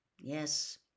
Yes